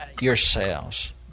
yourselves